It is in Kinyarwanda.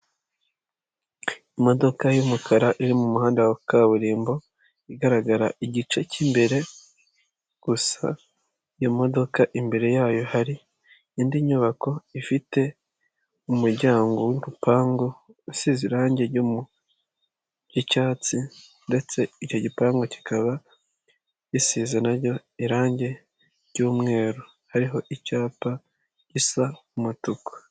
Imodoka y'umukara iri mu muhanda wa kaburimbo igaragara igice cy'imbere gusa, iyo modoka imbere yayo hari indi nyubako ifite umuryango w'urupangu usize irangi ry'icyatsi ndetse icyo gipangu kikaba gisize nacyo irangi ry'umweru hariho icyapa gisa umatuku.